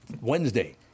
Wednesday